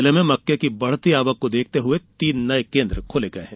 जिले में मक्के की बढ़ती आवक को देखते हुए तीन नये केन्द्र खोले गये है